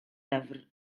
lyfr